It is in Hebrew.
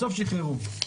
בסוף שחררו.